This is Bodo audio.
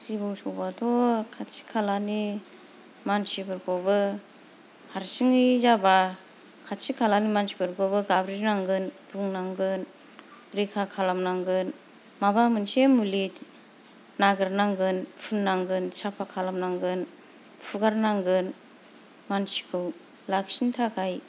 जिबौ सौबाथ' खाथि खालानि मानसिफोरखौबो हारसिङै जाबा खाथि खालानि मानसिफोरखौबो गाबज्रिनांगोन बुंनांगोन रैखा खालामनांगोन माबा मोनसे मुलि नागेरनांगोन फुननांगोन साफा खालामनांगोन फुगारनांगोन मानसिखौ लाखिनो थाखाय